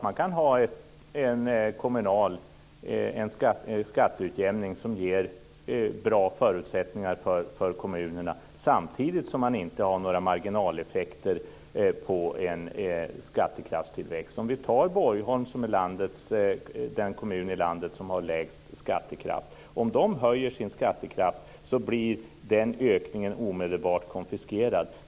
Man kan ha en kommunal skatteutjämning som ger bra förutsättningar för kommunerna samtidigt som man inte har några marginaleffekter på en skattekraftstillväxt. Vi kan ta Borgholm som exempel, som är den kommun i landet som har lägst skattekraft. Om Borgholm höjer sin skattekraft blir den ökningen omedelbart konfiskerad.